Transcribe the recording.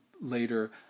later